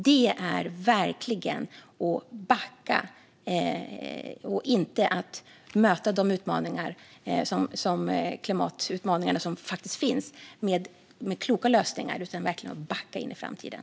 Det är verkligen att backa och att inte möta de klimatutmaningar som finns med kloka lösningar. Det är verkligen att backa in i framtiden.